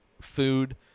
food